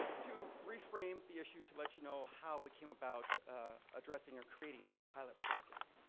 to reframe the issue to let you know how we came about addressing or creating this pilot project.